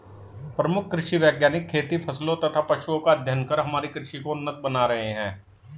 प्रमुख कृषि वैज्ञानिक खेती फसलों तथा पशुओं का अध्ययन कर हमारी कृषि को उन्नत बना रहे हैं